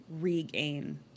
regain